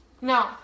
No